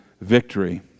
victory